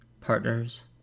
partners